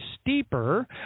steeper